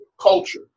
Culture